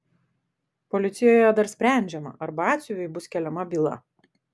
policijoje dar sprendžiama ar batsiuviui bus keliama byla